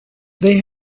they